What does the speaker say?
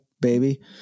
baby